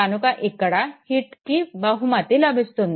కనుక ఇక్కడ హిట్స్కి బహుమతి లభిస్తుంది